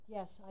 Yes